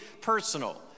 personal